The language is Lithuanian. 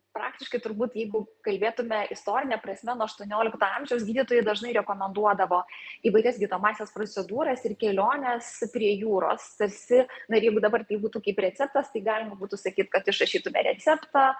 praktiškai turbūt jeigu kalbėtume istorine prasme nuo aštuoniolikto amžiaus gydytojai dažnai rekomenduodavo įvairias gydomąsias procedūras ir keliones prie jūros tarsi na ir jeigu dabar tai būtų kaip receptas tai galima būtų sakyt kad išrašytume receptą